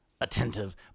attentive